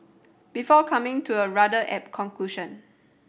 before coming to a rather apt conclusion